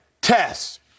tests